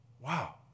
Wow